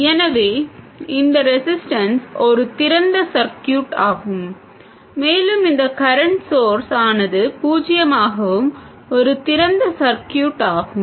எனவே இந்த ரெஸிஸ்டன்ஸ் ஒரு திறந்த சர்க்யூட் ஆகும் மேலும் இந்த கரண்ட் ஸோர்ஸ் ஆனது பூஜ்ஜியமாகவும் ஒரு திறந்த சர்க்யூட் ஆகும்